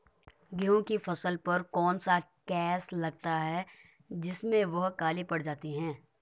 गेहूँ की फसल पर कौन सा केस लगता है जिससे वह काले पड़ जाते हैं?